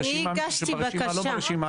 לא ברשימה,